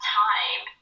time